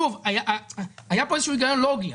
היה פה איזה שהוא היגיון לוגי,